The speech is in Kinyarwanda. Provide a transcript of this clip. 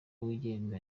wigenga